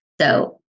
So-